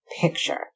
picture